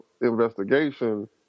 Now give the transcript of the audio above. investigation